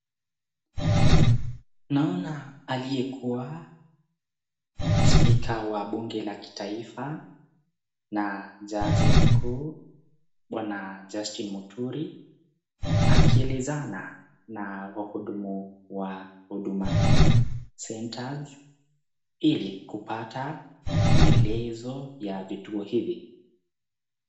Naona aliyekuwa spika wa bunge la kitaifa na jaji mkuu Bwana Justin Muturi akielezana na wahudumu wa Huduma Centre ili kupata maelezo ya vituo hivi.